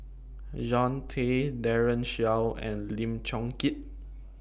Jean Tay Daren Shiau and Lim Chong Keat